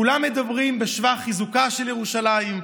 כולם מדברים בשבח חיזוקה של ירושלים,